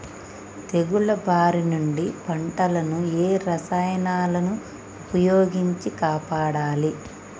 తెగుళ్ల బారి నుంచి పంటలను ఏ రసాయనాలను ఉపయోగించి కాపాడాలి?